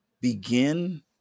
begin